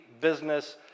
business